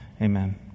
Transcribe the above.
amen